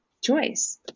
choice